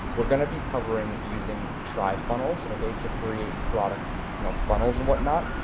we're gonna be covering using trifunnels, okay to create product you know funnels and whatnot,